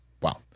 Wow